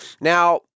Now